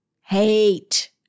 hate